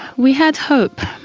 we had hope.